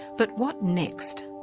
but what next,